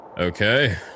Okay